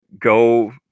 go